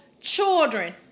children